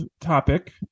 topic